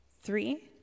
three